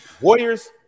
Warriors